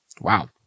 Wow